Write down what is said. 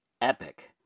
epic